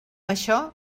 això